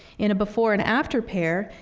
in a before and after pair,